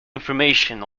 information